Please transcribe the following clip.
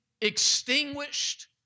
extinguished